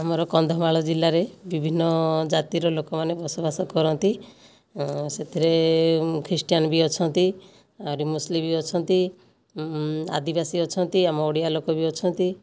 ଆମର କନ୍ଧମାଳ ଜିଲ୍ଲାରେ ବିଭିନ୍ନ ଜାତିର ଲୋକମାନେ ବସବାସ କରନ୍ତି ସେଥିରେ ଖ୍ରୀଷ୍ଟିଆନ ବି ଅଛନ୍ତି ଆହୁରି ମୁସଲିମ ବି ଅଛନ୍ତି ଆଦିବାସୀ ଅଛନ୍ତି ଆମ ଓଡ଼ିଆ ଲୋକ ବି ଅଛନ୍ତି